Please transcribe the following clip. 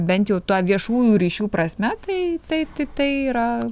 bent jau tą viešųjų ryšių prasme tai tai tai tai yra